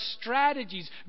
strategies